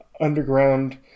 underground